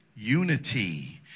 Unity